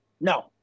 No